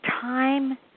time